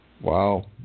Wow